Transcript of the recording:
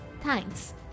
thanks